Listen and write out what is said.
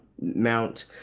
mount